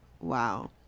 Wow